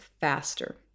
faster